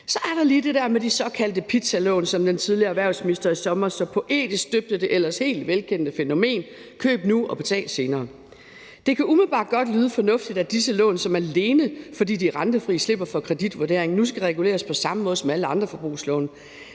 Så er der lige det der med de såkaldte pizzalån, som den tidligere erhvervsminister i sommer så poetisk døbte det ellers helt velkendte fænomen: Køb nu, og betal senere. Det kan umiddelbart godt lyde fornuftigt, at disse lån, som, alene fordi de er rentefri, slipper for kreditvurdering, nu skal reguleres på samme måde som alle andre forbrugslån,